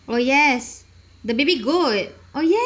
oh yes the baby goat oh